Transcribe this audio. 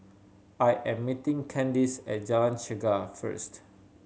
I am meeting Candis at Jalan Chegar first